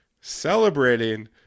celebrating